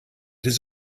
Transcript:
his